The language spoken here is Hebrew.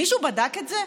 מישהו בדק את זה?